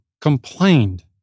complained